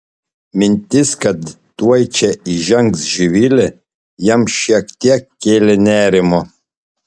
mintis kad tuoj čia įžengs živilė jam šiek tiek kėlė nerimo